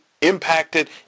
impacted